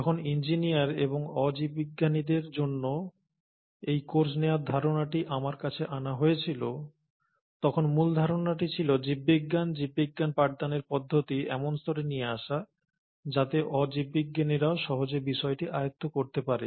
যখন ইঞ্জিনিয়ার এবং অ জীববিজ্ঞানীদের জন্য এই কোর্স নেওয়ার ধারণাটি আমার কাছে আনা হয়েছিল তখন মূল ধারণাটি ছিল জীববিজ্ঞান জীববিজ্ঞান পাঠদানের পদ্ধতি এমন স্তরে নিয়ে আসা যাতে অ জীববিজ্ঞানীরাও সহজে বিষয়টি আয়ত্ত করতে পারে